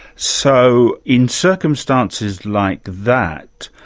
so, in circumstances like that,